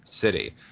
city